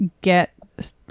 get